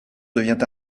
devient